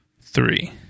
three